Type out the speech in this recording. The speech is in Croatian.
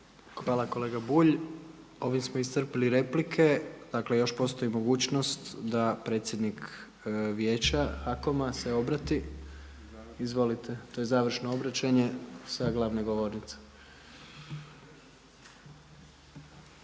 Hvala kolega Bulj. Ovime smo iscrpili replike. Dakle još postoji mogućnost da predsjednik Vijeća HAKOM-a se obrati. Izvolite. To je završeno obraćanje sa glavne govornice.